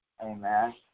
Amen